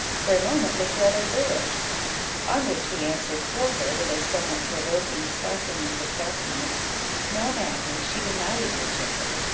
for a moment looked rather foolish on which he answered for her, with a somewhat provoking sauciness of countenance no, matty, she did not eat your chicken.